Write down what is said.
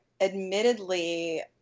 admittedly